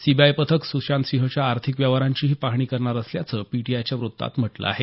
CBI पथक सुशांतसिंहच्या आर्थिक व्यवहारांचीही पाहणी करणार असल्याचं पीटीआयच्या वृत्तात म्हटलं आहे